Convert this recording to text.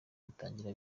bitangira